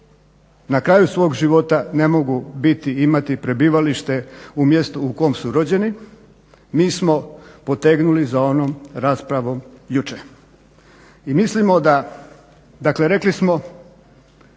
na kraju svoj života ne mogu biti imati prebivalište u mjestu u kom su rođeni. Mi smo potegnuli za onom raspravom jučer. I mislimo da, dakle rekli smo